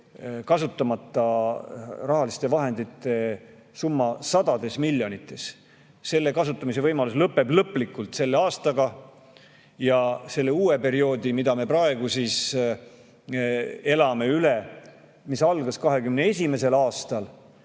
kasutamata rahaliste vahendite summa sadades miljonites. Selle kasutamise võimalus lõpeb lõplikult selle aastaga. Sellel uuel perioodil, mis meil praegu käsil on ja mis algas 2021. aastal,